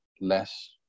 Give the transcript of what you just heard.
less